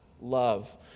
Love